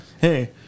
Hey